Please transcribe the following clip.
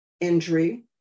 injury